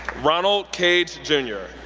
ronald cager, jr,